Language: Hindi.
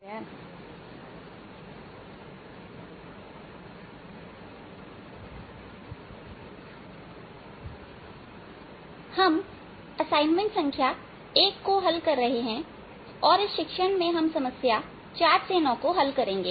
व्याख्यान 67 असाइनमेंट 1 का हल समस्या संख्या 4 9 हम असाइनमेंट संख्या 1 को हल कर रहे हैं और इस शिक्षण में हम समस्या 4 से 9 को हल करेंगे